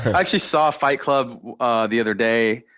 actually saw fight club ah the other day,